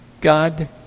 God